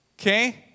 Okay